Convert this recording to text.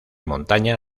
montaña